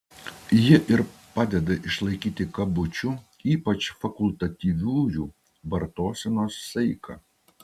ji ir padeda išlaikyti kabučių ypač fakultatyviųjų vartosenos saiką